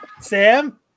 Sam